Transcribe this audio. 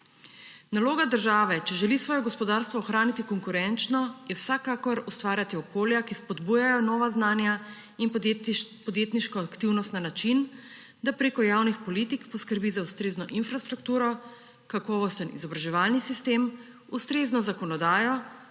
Naloga države, če želi svoje gospodarstvo ohraniti konkurenčno, je vsekakor ustvarjati okolja, ki spodbujajo nova znanja in podjetniško aktivnost na način, da preko javnih politik poskrbi za ustrezno infrastrukturo, kakovosten izobraževalni sistem, ustrezno zakonodajo